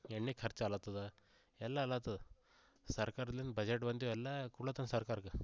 ಎಣ್ಣೆ ಖರ್ಚ್ ಆಗ್ಲ್ ಆತದ ಎಲ್ಲ ಆಗ್ಲ್ ಆತದ ಸರ್ಕಾರಲಿಂದ ಬಜೆಟ್ ಬಂತು ಎಲ್ಲ ಕುಳಾತದ ಸರ್ಕಾರಕ್ಕೆ